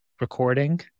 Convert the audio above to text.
recording